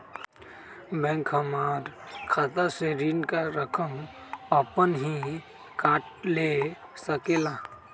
Bank हमार खाता से ऋण का रकम अपन हीं काट ले सकेला?